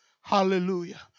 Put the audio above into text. Hallelujah